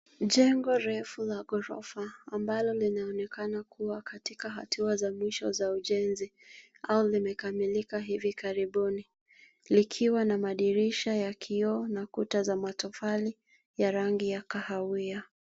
Jengo refu la ghorofa ambalo linaonekana kuwa katika hatua za mwisho za ujenzi, au vimekamilika hivi karibuni likiwa na madirisha ya kioo na kuta za matofali ya rangi ya kahawia.